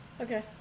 Okay